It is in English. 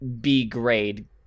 b-grade